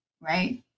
right